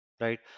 Right